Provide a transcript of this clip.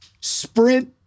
sprint